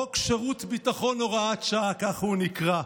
חוק שירות ביטחון (הוראת שעה) ככה הוא נקרא,